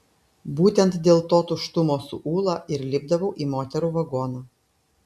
būtent dėl to tuštumo su ūla ir lipdavau į moterų vagoną